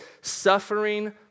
suffering